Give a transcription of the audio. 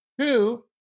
two